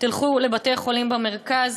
תלכו לבתי-חולים במרכז.